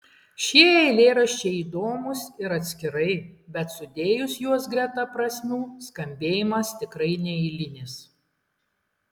šie eilėraščiai įdomūs ir atskirai bet sudėjus juos greta prasmių skambėjimas tikrai neeilinis